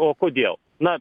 o kodėl na